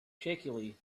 shakily